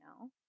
now